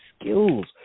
skills